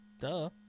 Duh